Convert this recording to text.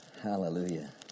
Hallelujah